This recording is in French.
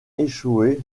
échoué